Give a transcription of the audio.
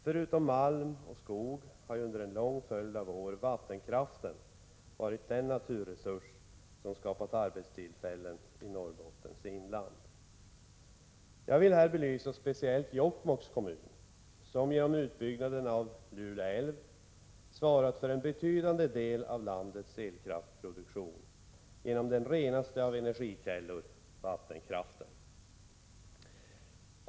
Förutom malm och skog har ju under en lång följd av år vattenkraften varit den naturresurs som skapat arbetstillfällen i Norrbottens inland. Jag vill belysa speciellt Jokkmokks kommun, som genom utbyggnaden av Lule älv svarat för en betydande del av landets elkraftsproduktion genom den renaste av energikällor — vattenkraften.